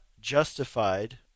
justified